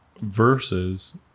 versus